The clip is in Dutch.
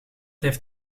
heeft